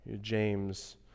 James